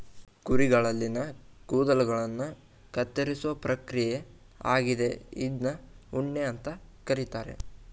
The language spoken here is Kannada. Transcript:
ಕುರಿಗಳಲ್ಲಿನ ಕೂದಲುಗಳನ್ನ ಕತ್ತರಿಸೋ ಪ್ರಕ್ರಿಯೆ ಆಗಿದೆ ಇದ್ನ ಉಣ್ಣೆ ಅಂತ ಕರೀತಾರೆ